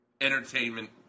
entertainment